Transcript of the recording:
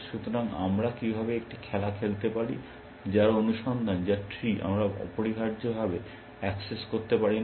সুতরাং আমরা কিভাবে একটি খেলা খেলতে পারি যার অনুসন্ধান যার ট্রি আমরা অপরিহার্যভাবে অ্যাক্সেস করতে পারি না